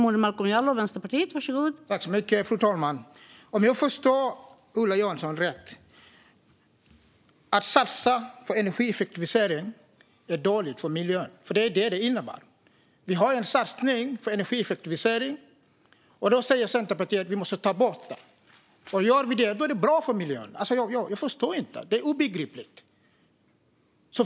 Fru talman! Om jag förstår Ola Johansson rätt är det dåligt för miljön att satsa på energieffektivisering. Det är nämligen detta det innebär. Vi har en satsning på energieffektivisering, och då säger Centerpartiet att vi måste ta bort den. Gör vi det är det bra för miljön. Jag förstår inte. Det är obegripligt.